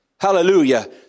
Hallelujah